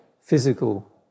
physical